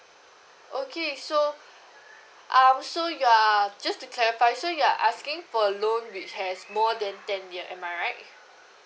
okay so um so you are just to clarify so you're asking for a loan which has more than ten year am I right